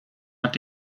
hat